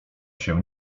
się